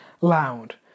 loud